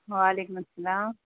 و علیکم السلام